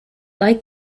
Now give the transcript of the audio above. like